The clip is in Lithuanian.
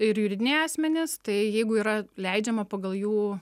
ir juridiniai asmenys tai jeigu yra leidžiama pagal jų